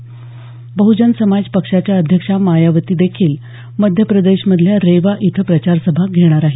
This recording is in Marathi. तर बह्जन समाज पक्षाच्या अध्यक्षा मायावती देखील मध्यप्रदेशामधल्या रेवा इथं प्रचारसभा घेणार आहेत